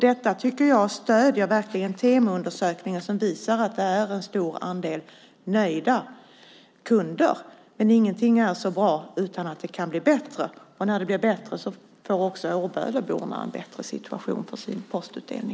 Detta stöder Temoundersökningen som visar att det är en stor andel nöjda kunder. Men inget är så bra att det inte kan bli bättre. När det blir bättre får också Årböleborna en bättre postutdelningssituation.